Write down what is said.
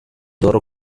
loro